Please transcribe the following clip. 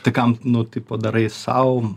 tai kam nu tipo darai sau